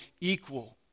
equal